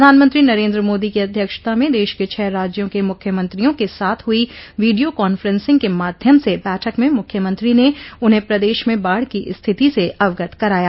प्रधानमंत्री नरेन्द्र मोदी की अध्यक्षता में देश के छह राज्यों के मुख्यमंत्रियों के साथ हुई वीडियों कांफेंसिंग के माध्यम से बैठक में मुख्यमंत्री ने उन्हें प्रदेश में बाढ़ की स्थिति से अवगत कराया